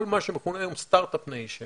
כל מה שמכונה היום סטארט אפ ניישן,